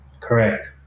Correct